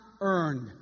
earned